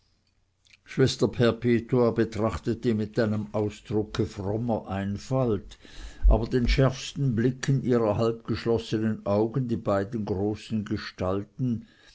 schwester perpetua betrachtete mit einem ausdrucke frommer einfalt aber den schärfsten blicken ihrer halbgeschlossenen augen die beiden großen gestalten